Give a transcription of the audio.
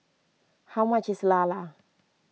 how much is Lala